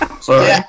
Sorry